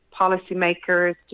policymakers